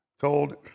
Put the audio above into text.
told